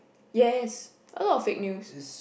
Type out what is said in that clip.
yes a lot of fake news